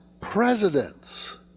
presidents